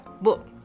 book